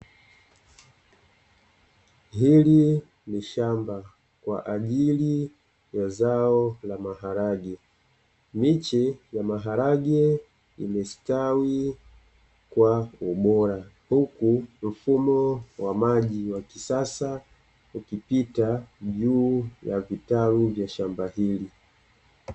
Hili ni shamba kwa ajili ya zao la maharage miche ya maharage imestawi kwa ubora huku mfumo wa maji wa kisasa ukipita juu ya vitaru vya shamba hili.